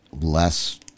less